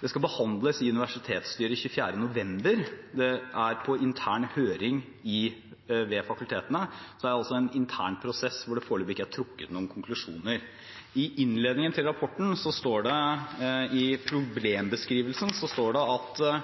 Det skal behandles i universitetsstyret den 24. november. Saken er på intern høring ved fakultetene, så det er snakk om en intern prosess hvor det foreløpig ikke er trukket noen konklusjoner. I problembeskrivelsen i innledningen til rapporten står det